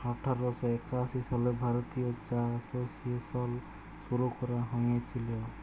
আঠার শ একাশি সালে ভারতীয় চা এসোসিয়েশল শুরু ক্যরা হঁইয়েছিল